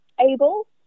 able